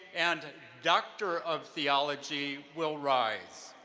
and doctor of theology will rise.